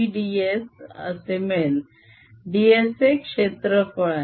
ds मिळेल ds हे क्षेत्रफळ आहे